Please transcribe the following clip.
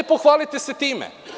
Pohvalite se time.